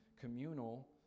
communal